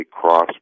cross